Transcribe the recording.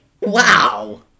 wow